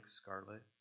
scarlet